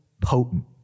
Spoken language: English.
potent